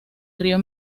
río